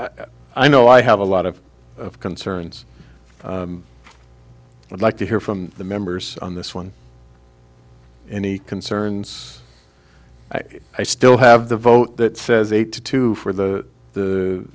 i know i have a lot of concerns i would like to hear from the members on this one any concerns i still have the vote that says eight to two for the